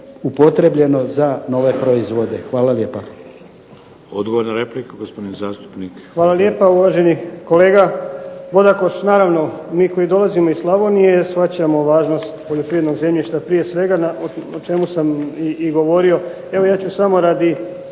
zastupnik Heffer. **Heffer, Goran (SDP)** Hvala lijepa uvaženi kolega Bodakoš. Naravno mi koji dolazimo iz Slavonije shvaćamo važnost poljoprivrednog zemljišta prije svega o čemu sam i govorio. Evo ja ću samo radi